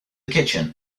kitchen